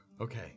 okay